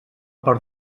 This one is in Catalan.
per